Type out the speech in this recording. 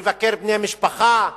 לבקר בני משפחה,